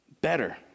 better